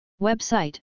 Website